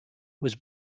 was